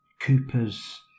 Cooper's